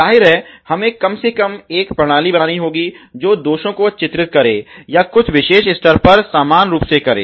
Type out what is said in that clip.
जाहिर है हमें कम से कम एक प्रणाली बनानी होगी जो दोषों को चित्रित करे या कुछ विशेष स्तर पर समान रूप से करे